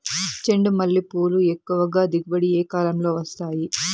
చెండుమల్లి పూలు ఎక్కువగా దిగుబడి ఏ కాలంలో వస్తాయి